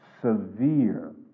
severe